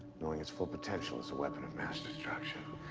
knowing its full potential as a weapon of mass destruction.